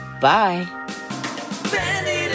Bye